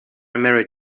married